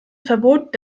verbot